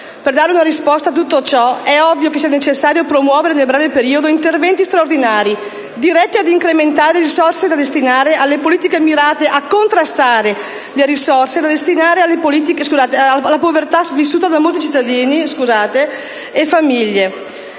Per dare una risposta a tutto ciò è ovvio che sia necessario promuovere nel breve periodo interventi straordinari, diretti ad incrementare le risorse da destinare alle politiche mirate a contrastare la diffusione della condizione di povertà vissuta da molti cittadini e famiglie.